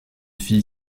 fille